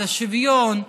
את השוויון,